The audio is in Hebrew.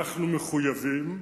אנחנו מחויבים,